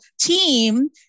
team